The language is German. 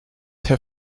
herr